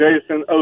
Jason